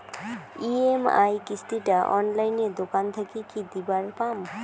EMI কিস্তি টা অনলাইনে দোকান থাকি কি দিবার পাম?